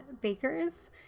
bakers